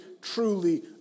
truly